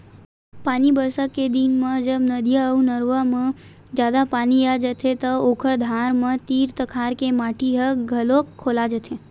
पानी बरसा के दिन म जब नदिया अउ नरूवा म जादा पानी आ जाथे त ओखर धार म तीर तखार के माटी ह घलोक खोला जाथे